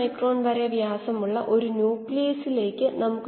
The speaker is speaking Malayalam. ഫ്ലോ റേറ്റ് മാറ്റിക്കൊണ്ട് ഡൈലൂഷൻ റേറ്റ് മാറ്റാം